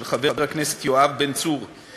של חבר הכנסת יואב בן צור,